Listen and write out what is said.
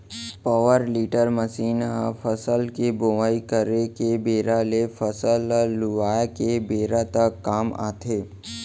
power tiller machine ह फसल के बोवई करे के बेरा ले फसल ल लुवाय के बेरा तक काम आथे